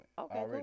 okay